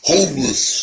Homeless